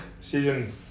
season